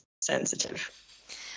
sensitive